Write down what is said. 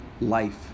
life